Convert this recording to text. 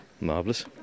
Marvellous